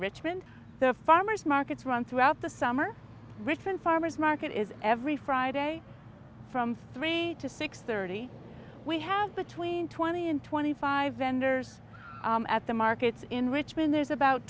richmond the farmers markets run throughout the summer richmond farmers market is every friday from three to six thirty we have between twenty and twenty five vendors at the markets in richmond there's about